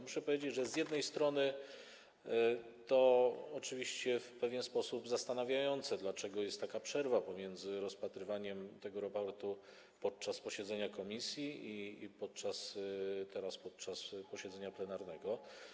Muszę powiedzieć, że z jednej strony to oczywiście jest w pewien sposób zastanawiające, dlaczego jest taka przerwa pomiędzy rozpatrywaniem tego raportu podczas posiedzenia komisji i rozpatrywaniem podczas posiedzenia plenarnego.